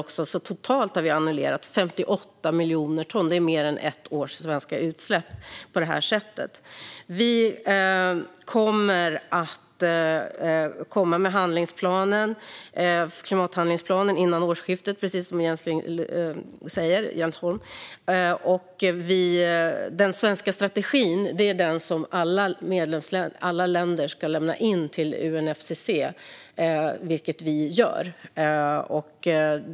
Totalt har vi alltså annullerat 58 miljoner ton på det här sättet. Det är mer än ett års svenska utsläpp. Vi kommer att komma fram med klimathandlingsplanen före årsskiftet, precis som Jens Holm säger. Alla länder ska lämna in en strategi till UNFCCC, och det är det som Sverige nu gör.